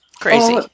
Crazy